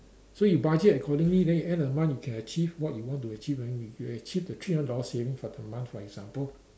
so you budget accordingly then you at the end of the month then you can achieve what you want to achieve and then you achieve three hundred dollar savings for the month for example